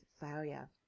failure